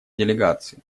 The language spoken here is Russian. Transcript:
делегации